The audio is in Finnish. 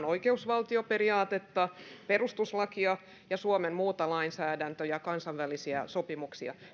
oikeusvaltioperiaatetta perustuslakia ja suomen muuta lainsäädäntöä ja kansainvälisiä sopimuksia